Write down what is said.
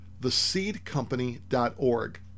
theseedcompany.org